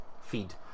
feed